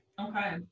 okay